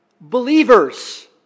believers